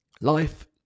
Life